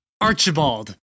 Archibald